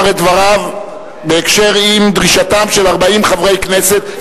את דבריו בהקשר של דרישת 40 חברי הכנסת,